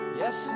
yes